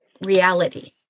reality